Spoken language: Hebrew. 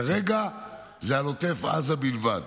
כרגע זה על עוטף עזה בלבד.